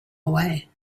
away